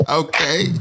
okay